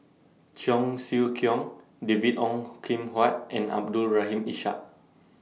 Cheong Siew Keong David Ong Kim Huat and Abdul Rahim Ishak